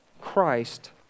Christ